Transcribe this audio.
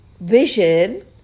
vision